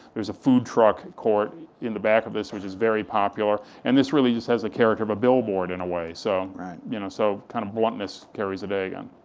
there's a food truck court in the back of this, which is very popular, and this really just has a character of a billboard in away, so you know so kind of bluntness carries the day again.